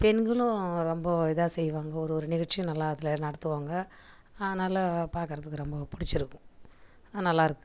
பெண்களும் ரொம்ப இதாக செய்வாங்க ஒரு ஒரு நிகழ்ச்சியும் நல்லா அதில் நடத்துவாங்க நல்ல பார்க்கறதுக்கு ரொம்ப பிடிச்சிருக்கும் நல்லாயிருக்கு